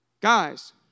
Guys